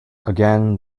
again